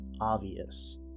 obvious